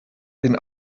den